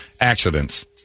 Accidents